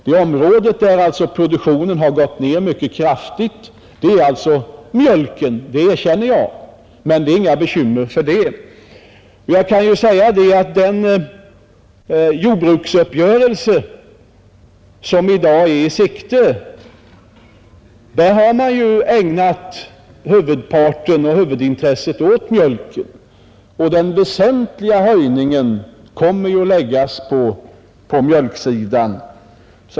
Det område där produktionen har gått ned mycket kraftigt är alltså mjölken — det erkänner jag — men vi behöver inte ha några bekymmer för det. I den jordbruksuppgörelse som i dag är i sikte, har man ägnat huvudintresset åt mjölken. Och den väsentliga höjningen kommer ju att läggas på mjölken.